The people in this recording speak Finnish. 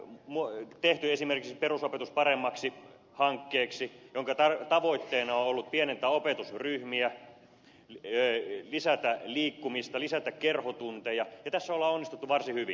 moi on tehty esimerkiksi perusopetus paremmaksi hankkeeksi jonka tavoitteena on ollut pienentää opetusryhmiä lisätä liikkumista lisätä kerhotunteja ja tässä ollaan onnistuttu varsin hyvin